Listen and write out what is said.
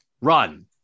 run